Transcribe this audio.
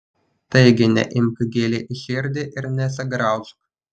taigi neimk giliai į širdį ir nesigraužk